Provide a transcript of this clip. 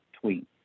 tweet